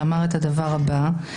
שאמר את הדבר הבא: